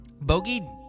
Bogey